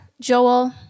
Joel